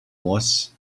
was